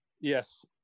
Yes